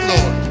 Lord